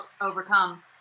overcome